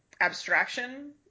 abstraction